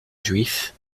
juif